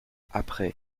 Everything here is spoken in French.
après